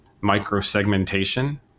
Micro-segmentation